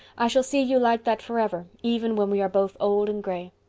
i shall see you like that for ever, even when we are both old and gray.